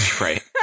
Right